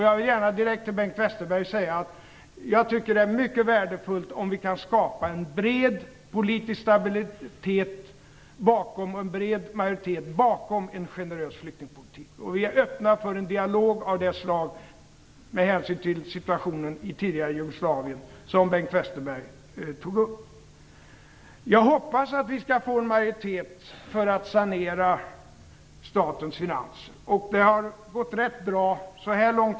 Jag vill gärna direkt till Bengt Westerberg säga att jag tycker att det är mycket värdefullt om vi kan skapa en bred politisk stabilitet och en bred majoritet bakom en generös flyktingpolitik. Vi är öppna för en dialog av det slaget med hänsyn till situationen i tidigare Jugoslavien, som Bengt Jag hoppas att vi skall få en majoritet för att sanera statens finanser. Det har gått rätt bra så här långt.